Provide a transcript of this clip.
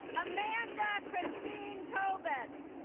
amanda christine tobin